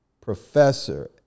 professor